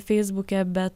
feisbuke be